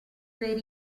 per